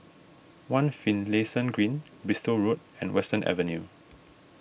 one Finlayson Green Bristol Road and Western Avenue